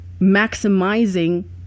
maximizing